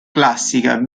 classica